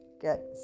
get